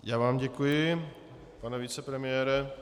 Já vám děkuji, pane vicepremiére.